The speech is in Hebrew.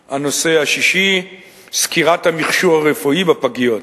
6. סקירת המכשור הרפואי בפגיות,